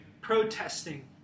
protesting